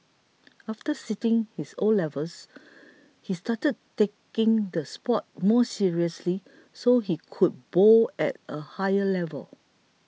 after sitting his O levels he started taking the sport more seriously so he could bowl at a higher level